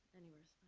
anywhere's